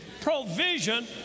Provision